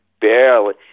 barely